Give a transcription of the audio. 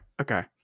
okay